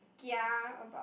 ya about